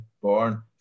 born